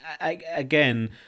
again